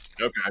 Okay